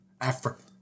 Africa